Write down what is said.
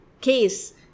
case